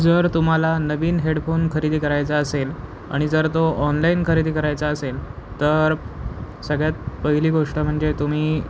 जर तुम्हाला नवीन हेडफोन खरेदी करायचा असेल आणि जर तो ऑनलाईन खरेदी करायचा असेल तर सगळ्यात पहिली गोष्ट म्हणजे तुम्ही